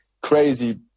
crazy